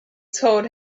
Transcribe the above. told